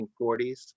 1940s